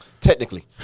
Technically